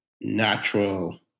natural